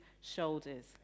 shoulders